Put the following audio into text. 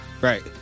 Right